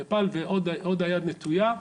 נפאל ועוד היד נטויה.